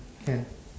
can